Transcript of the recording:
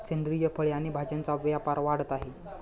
सेंद्रिय फळे आणि भाज्यांचा व्यापार वाढत आहे